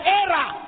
error